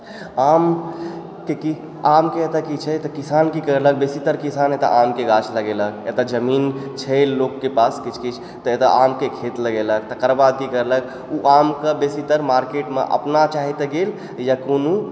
आम के कि आम के एतऽ की छै तऽ किसान की करलक बेसीतर किसान एतऽ आम के गाछ लगेलक एतऽ जमीन छै लोक के पास किछु किछु तऽ एतऽ आम के खेत लगेलक तकर बाद की करलक ओ आमके बेसीतर मार्केटमे अपना चाहे तऽ गेल या कोनो